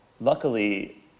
luckily